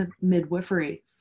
midwifery